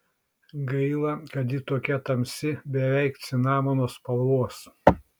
gaila kad ji tokia tamsi beveik cinamono spalvos